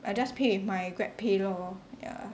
I just pay with my GrabPay lor ya